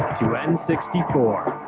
to n six four,